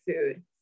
food